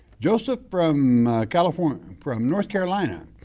joseph from california, from north carolina.